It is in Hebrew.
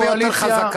הרבה יותר חזקה.